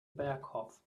berghoff